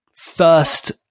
first